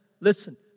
Listen